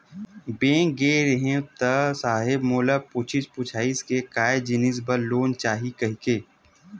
Bank गे रेहे हंव ता साहेब मोला पूछिस पुछाइस के काय जिनिस बर लोन चाही कहिके?